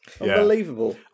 Unbelievable